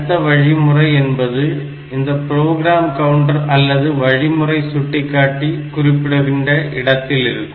அடுத்த வழிமுறை என்பது இந்த ப்ரோக்ராம் கவுண்டர் அல்லது வழிமுறை சுட்டிக்காட்டி குறிப்பிடுகின்ற இடத்தில் இருக்கும்